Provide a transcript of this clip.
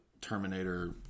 Terminator